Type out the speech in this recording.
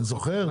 אני זוכר,